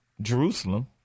Jerusalem